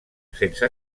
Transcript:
sense